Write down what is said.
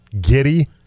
giddy